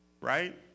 right